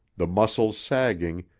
the muscles sagging,